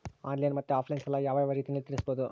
Online ಮತ್ತೆ offline ಸಾಲ ಯಾವ ಯಾವ ರೇತಿನಲ್ಲಿ ತೇರಿಸಬಹುದು?